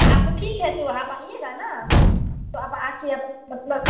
आप वो ठीक है तो आप आइएगा न तो आप आ कर आप मतलब